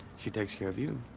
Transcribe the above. she takes care of you.